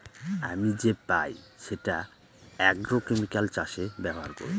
আমি যে পাই সেটা আগ্রোকেমিকাল চাষে ব্যবহার করবো